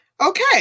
okay